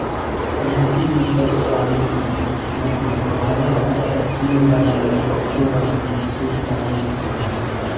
मोती मतस्य पालन से मतलब भारत के तटीय राज्य में होखे वाला मछरी पालन से हवे